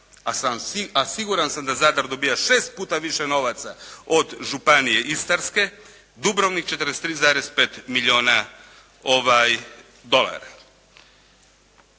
A siguran sam da Zadar dobiva 6 puta više novaca od Županije Istarske. Dubrovnik 43,5 milijuna dolara.